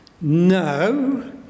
no